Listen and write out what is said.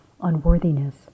unworthiness